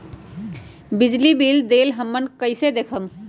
बिजली बिल देल हमन कईसे देखब?